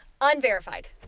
Unverified